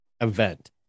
event